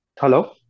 Hello